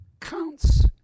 counts